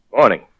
Morning